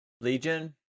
Legion